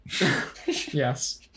Yes